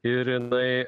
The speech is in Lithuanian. ir jinai